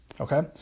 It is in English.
Okay